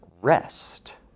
rest